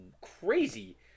crazy